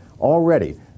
Already